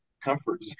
comfort